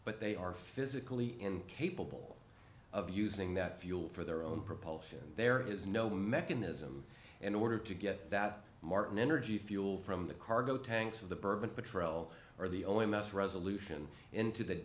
but they are physically incapable of using that fuel for their own propulsion there is no mechanism in order to get that martin energy fuel from the cargo tanks of the bourbon patrol or the o e m s resolution into th